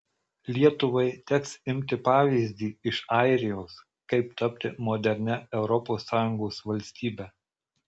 lietuvai teks imti pavyzdį iš airijos kaip tapti modernia europos sąjungos valstybe